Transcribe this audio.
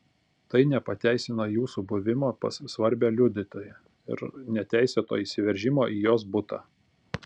tai nepateisina jūsų buvimo pas svarbią liudytoją ir neteisėto įsiveržimo į jos butą